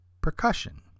percussion